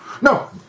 No